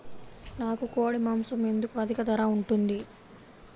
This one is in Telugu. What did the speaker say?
నాకు కోడి మాసం ఎందుకు అధిక ధర ఉంటుంది?